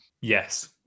Yes